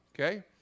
okay